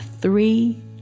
three